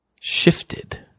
shifted